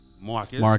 marcus